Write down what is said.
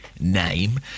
name